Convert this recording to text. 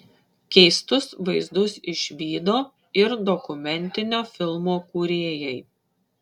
keistus vaizdus išvydo ir dokumentinio filmo kūrėjai